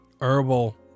herbal